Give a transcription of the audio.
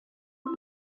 mae